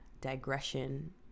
digression